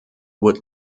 would